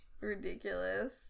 Ridiculous